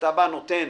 שאתה נותן